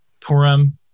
Purim